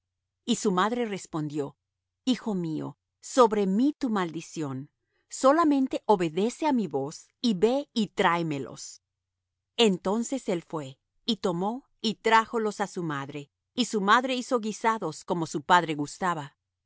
y su madre respondió hijo mío sobre mí tu maldición solamente obedece á mi voz y ve y tráemelos entonces él fué y tomó y trájolos á su madre y su madre hizo guisados como su padre gustaba